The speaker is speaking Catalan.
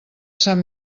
sant